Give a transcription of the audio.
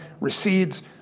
recedes